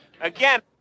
Again